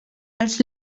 els